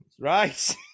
right